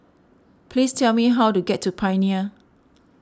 please tell me how to get to Pioneer